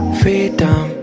freedom